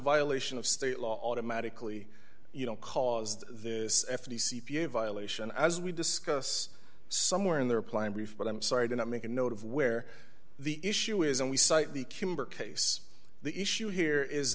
violation of state law automatically you know caused this f t c p a violation as we discuss somewhere in their plan brief but i'm sorry did i make a note of where the issue is and we cite the kimber case the issue here is